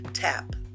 Tap